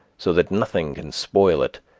so that nothing can spoil it,